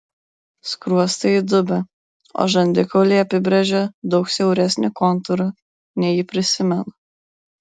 skruostai įdubę o žandikauliai apibrėžia daug siauresnį kontūrą nei ji prisimena